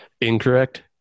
Incorrect